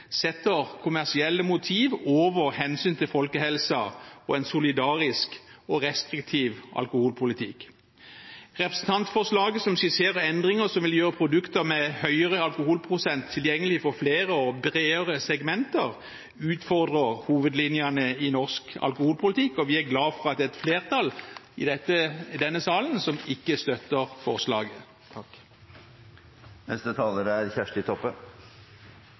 setter kommersielle motiv over hensynet til folkehelsen og en solidarisk og restriktiv alkoholpolitikk. Representantforslaget, som skisserer en endring som vil gjøre produkter med høyere alkoholprosent tilgjengelig for flere og bredere segmenter, utfordrer hovedlinjene i norsk alkoholpolitikk, og vi er glad for at det er et flertall i denne salen som ikke støtter forslaget.